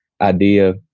idea